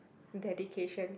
dedications